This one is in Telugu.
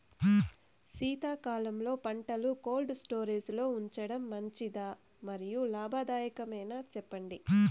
శీతాకాలంలో పంటలు కోల్డ్ స్టోరేజ్ లో ఉంచడం మంచిదా? మరియు లాభదాయకమేనా, సెప్పండి